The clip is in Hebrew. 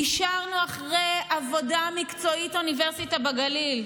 אישרנו אחרי עבודה מקצועית אוניברסיטה בגליל.